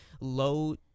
low